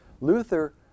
Luther